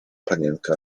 panienka